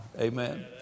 Amen